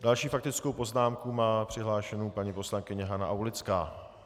Další faktickou poznámku má přihlášenou paní poslankyně Hana Aulická.